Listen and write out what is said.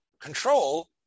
control